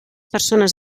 persones